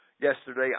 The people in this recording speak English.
Yesterday